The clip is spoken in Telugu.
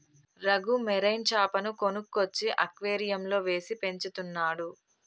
రఘు మెరైన్ చాపను కొనుక్కొచ్చి అక్వేరియంలో వేసి పెంచుతున్నాడు